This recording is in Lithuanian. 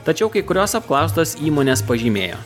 tačiau kai kurios apklaustos įmonės pažymėjo